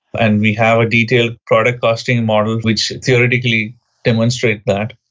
and we have a detailed product costing model which theoretically demonstrates that.